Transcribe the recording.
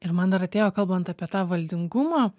ir man dar atėjo kalbant apie tą valdingumą